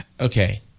Okay